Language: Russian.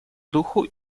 духу